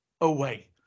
away